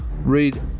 Read